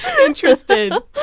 interested